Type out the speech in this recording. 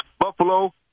Buffalo